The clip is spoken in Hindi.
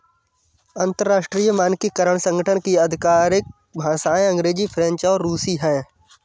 अंतर्राष्ट्रीय मानकीकरण संगठन की आधिकारिक भाषाएं अंग्रेजी फ्रेंच और रुसी हैं